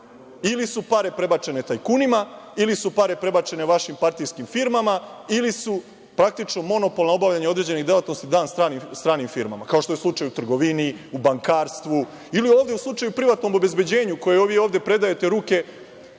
Ili su pare prebačene tajkunima ili su pare prebačene vašim partijskim firmama ili je monopol za obavljanje određenih delatnosti dat stranim firmama, kao što je slučaj u trgovini, u bankarstvu ili u slučaju privatnog obezbeđenja, koje predajete u ruke,